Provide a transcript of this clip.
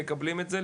מקבלים את זה,